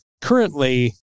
currently